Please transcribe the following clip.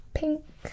pink